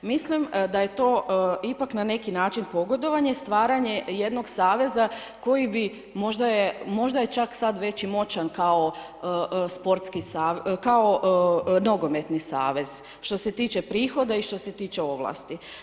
Mislim da je to ipak na neki način pogodovanje, stvaranje jednog saveza koji bi, možda je čak sad već i moćan kao nogometni savez što se tiče prihoda i što se tiče ovlasti.